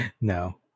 No